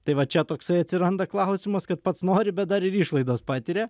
tai va čia toksai atsiranda klausimas kad pats nori bet dar ir išlaidas patiria